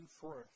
forth